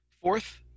Fourth